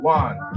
one